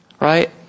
right